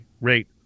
rate